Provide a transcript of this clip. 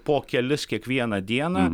po kelis kiekvieną dieną